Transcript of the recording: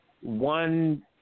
one